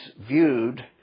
viewed